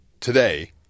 Today